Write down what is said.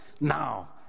Now